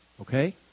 Okay